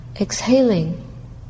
exhaling